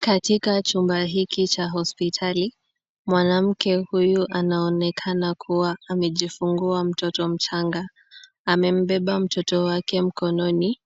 Katika chumba hiki cha hospitali, mwanamke huyu anaonekana kuwa amejifungua mtoto mchanga. Amembeba mtoto wake mkononi,